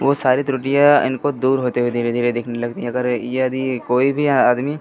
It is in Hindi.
वो सारी त्रुटियाँ इनको दूर होते हुए धीरे धीरे दिखने लगती है अगर यदि कोई भी आदमी